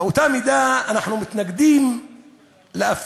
באותה מידה אנחנו מתנגדים לאפליה